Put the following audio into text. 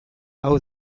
hau